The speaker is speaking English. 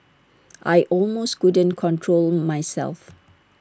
I almost couldn't control myself